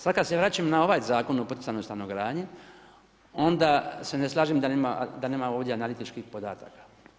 Sada kada se vraćam na ovaj Zakon o poticajnoj stanogradnji onda se ne slažem da nema ovdje analitičkih podataka.